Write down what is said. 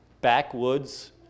backwoods